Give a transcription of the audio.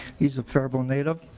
he's faribault native.